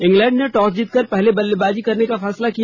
England ने toss जीतकर पहले बल्लेबाजी करने का फैसला किया